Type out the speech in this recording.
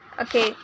Okay